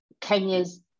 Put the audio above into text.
Kenya's